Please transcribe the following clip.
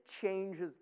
changes